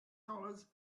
dollars